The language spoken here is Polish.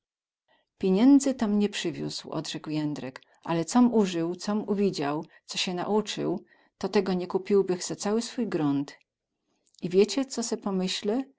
piniędzy tom nie przywiózł odrzekł jędrek ale com uzył com uwidział co sie naucył to tego nie kupiłbych za cały swój grunt i wiecie co se pomyśluję